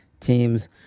teams